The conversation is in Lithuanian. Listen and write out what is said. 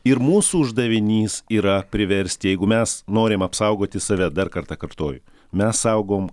ir mūsų uždavinys yra priversti jeigu mes norim apsaugoti save dar kartą kartoju mes saugom